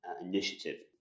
initiative